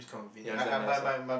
ya it's damn nice ya